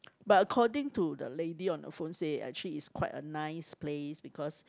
but according to the lady on the phone say actually it's quite a nice place because